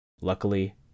Luckily